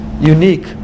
unique